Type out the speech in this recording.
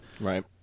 Right